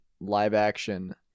live-action